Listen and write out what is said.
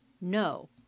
No